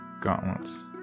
gauntlets